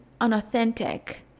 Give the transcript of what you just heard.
unauthentic